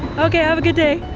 okay have a good day.